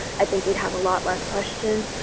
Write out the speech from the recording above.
i think we'd have a lot less questions.